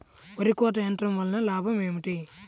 వరి కోత యంత్రం వలన లాభం ఏమిటి?